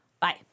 Bye